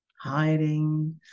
hiding